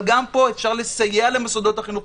גם פה אפשר לסייע למוסדות החינוך,